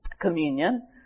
communion